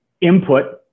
input